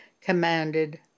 commanded